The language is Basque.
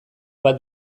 bat